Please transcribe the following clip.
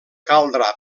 caldrà